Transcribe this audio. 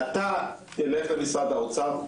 "אתה תלך למשרד האוצר,